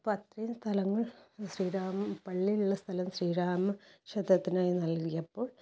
അപ്പോൾ അത്രയും സ്ഥലങ്ങൾ ശ്രീരാമൻ പള്ളിയുള്ള സ്ഥലം ശ്രീരാമ ക്ഷേത്രത്തിനായി നൽകിയപ്പോൾ